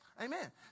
Amen